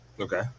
Okay